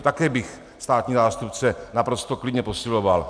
Také bych státního zástupce naprosto klidně posiloval.